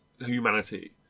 Humanity